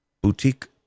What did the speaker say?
Boutique